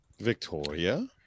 victoria